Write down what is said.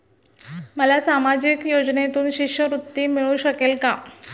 मला सामाजिक योजनेतून शिष्यवृत्ती मिळू शकेल का?